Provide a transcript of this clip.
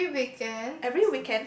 every weekend